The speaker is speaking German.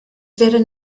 werden